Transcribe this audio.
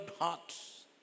heart's